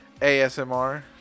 ASMR